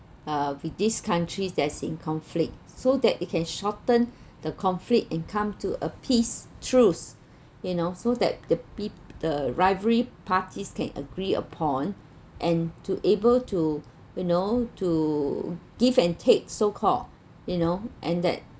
uh with these countries that is in conflict so that you can shorten the conflict and come to a peace truce you know so that the peop~ the rivalry parties can agree upon and to able to you know to give and take so call you know and that